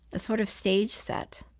a sort of stage set.